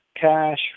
Cash